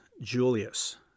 Julius